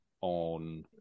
on